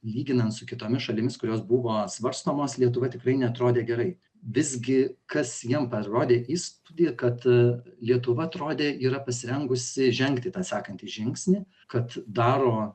lyginant su kitomis šalimis kurios buvo svarstomos lietuva tikrai neatrodė gerai visgi kas jiem parodė įspūdį kad lietuva atrodė yra pasirengusi žengti tą sekantį žingsnį kad daro